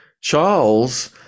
Charles